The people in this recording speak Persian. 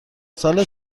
سال